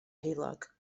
heulog